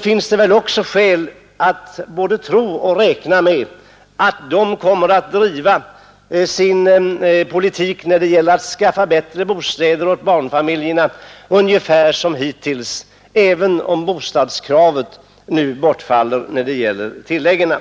finns det skäl att både tro och räkna med att de kommer att driva sin politik när det gäller att skaffa bättre bostäder åt barnfamiljerna ungefär som hittills, även om bostadsvillkoret nu bortfaller när det gäller tilläggen.